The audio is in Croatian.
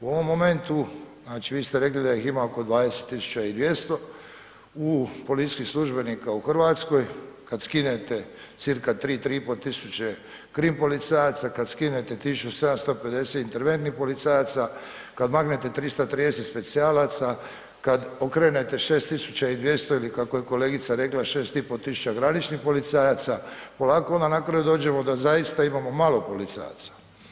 U ovom momentu, znači, vi ste rekli da ih ima oko 20200 policijskih službenika u RH, kad skinete cca. 3000-3500 krim policajaca, kad skinete 1750 interventnih policajaca, kad maknete 330 specijalaca, kad okrenete 6200 ili kako je kolegica rekla 6500 graničnih policajaca, polako onda na kraju dođemo da zaista imamo malo policajaca.